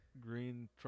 green